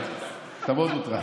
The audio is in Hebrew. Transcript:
אתה מאוד מוטרד.